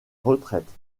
retraites